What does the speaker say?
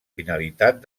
finalitat